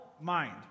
mind